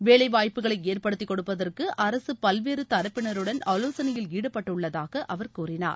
வேலைவாய்ப்புகளைஏற்படுத்திக் கொடுப்பதற்குஅரசுபல்வேறுதரப்பினருடன் ஆலோசனையில் ஈடுபட்டுள்ளதாகஅவர் கூறினார்